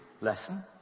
lesson